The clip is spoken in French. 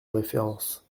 référence